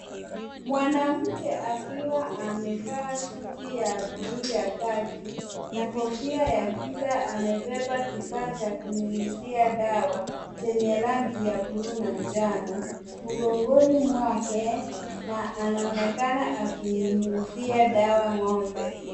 Mwanamke akiwa amevaa suti ya buluu ya kazi na kofia ya ngiza, amebeba kifaa cha kunyunyizia dawa chenye rangi ya buluu na njano mgongoni mwake na anaonekana akinyunyizia dawa ng'ombe.